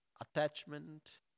attachment